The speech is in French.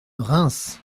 reims